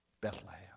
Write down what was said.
Bethlehem